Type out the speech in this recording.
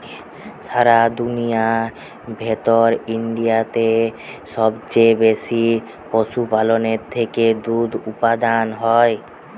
সারা দুনিয়ার ভেতর ইন্ডিয়াতে সবচে বেশি পশুপালনের থেকে দুধ উপাদান হয়